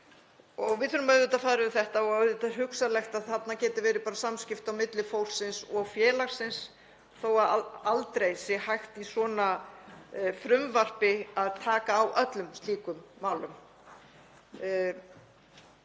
Við þurfum auðvitað að fara yfir þetta og auðvitað er hugsanlegt að þarna geti verið bara samskipti á milli fólksins og félagsins þó að aldrei sé hægt í svona frumvarpi að taka á öllum slíkum málum.